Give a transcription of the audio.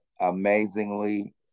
amazingly